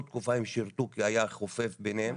התקופה הם שירתו כי היה חופף ביניהם